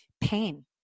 pain